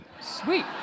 Sweet